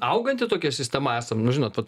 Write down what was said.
auganti tokia sistema esam nu žinot vat